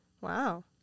Wow